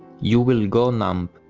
you will go numb.